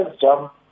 jump